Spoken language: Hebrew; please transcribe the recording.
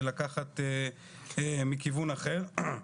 לקחת מכיוון אחר.